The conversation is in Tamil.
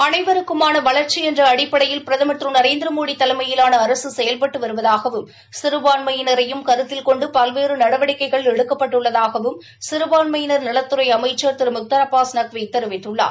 அனைவருக்குமான வளர்ச்சி என்ற அடிப்படையில் பிரதம் திரு நரேந்திரமோடி தலைமையிலாள அரசு செயல்பட்டு வருதாகவும் சிறுபான்மையினரையும் கருத்தில் கொண்டு பல்வேறு நடவடிக்கைகள் எடுக்கப்பட்டுள்ளதாகவும் சிறபான்மையினா் நலத்துறை அமைச்சா் திரு முக்தாா் அபாஸ் நக்வி தெரிவித்துள்ளார்